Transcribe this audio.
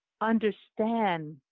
understand